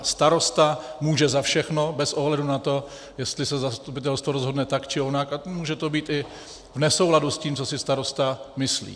Starosta může za všechno bez ohledu na to, jestli zastupitelstvo rozhodne tak, či onak, a může to být i v nesouladu s tím, co si starosta myslí.